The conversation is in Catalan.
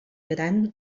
gran